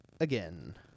again